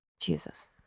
Jesus